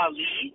Ali